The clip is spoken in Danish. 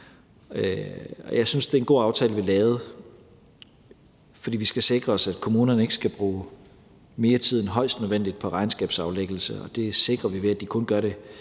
Jeg synes, at det er en god aftale, vi har lavet, for vi skal sikre os, at kommunerne ikke skal bruge mere tid end højst nødvendigt på regnskabsaflæggelse, og det sikrer vi, ved at de kun gør det